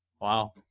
Wow